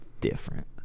different